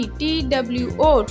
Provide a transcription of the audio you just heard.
two